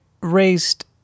raised